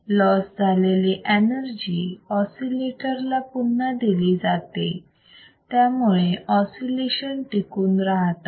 loss झालेली energy oscillator ला पुन्हा दिली जाते त्यामुळे ऑसिलेशन टिकून राहतात